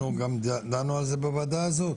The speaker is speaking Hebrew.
דנו על זה גם בוועדה הזו,